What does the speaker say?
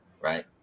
Right